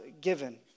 given